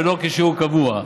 ולא כשיעור קבוע.